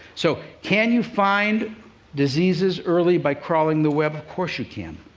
so, can you find diseases early by crawling the web? of course you can.